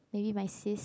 maybe my sis